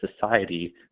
society